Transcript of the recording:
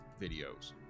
videos